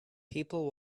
people